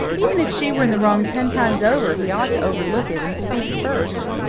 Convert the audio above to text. even if she were in the wrong ten times over, he ought to overlook it and speak first.